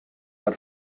per